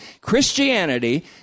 Christianity